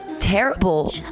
terrible